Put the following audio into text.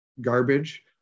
garbage